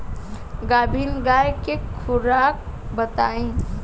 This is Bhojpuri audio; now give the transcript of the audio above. गाभिन गाय के खुराक बताई?